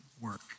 work